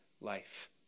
life